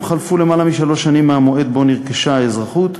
אם חלפו למעלה משלוש שנים מהמועד שבו נרכשה האזרחות,